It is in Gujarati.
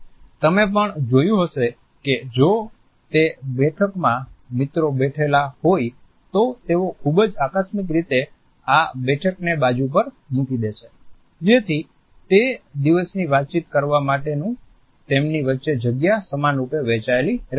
તમે પણ જોયું હશે કે જો તે બેઠકમાં મિત્રો બેઠેલા હોય તો તેઓ ખૂબજ આકસ્મિક રીતે આ બેઠકને બાજુ પર મૂકી દેશે જેથી તે દિવસની વાતચીત કરવા માટેની તેમની વચ્ચે જગ્યા સમાનરૂપે વહેંચાયેલી રહે